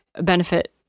benefit